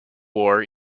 war